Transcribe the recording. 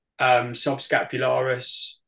subscapularis